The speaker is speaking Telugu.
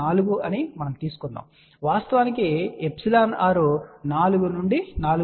4 మనము తీసుకున్నాము వాస్తవానికి εr 4 నుండి 4